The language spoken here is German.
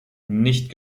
nicht